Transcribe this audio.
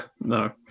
No